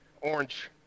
orange